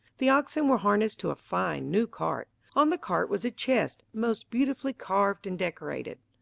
the oxen were harnessed to a fine, new cart. on the cart was a chest, most beautifully carved and decorated.